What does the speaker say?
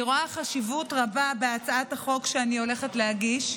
אני רואה חשיבות רבה בהצעת החוק שאני הולכת להגיש,